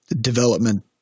development